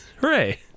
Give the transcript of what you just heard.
Hooray